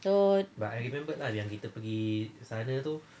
so